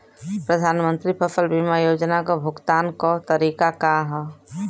प्रधानमंत्री फसल बीमा योजना क भुगतान क तरीकाका ह?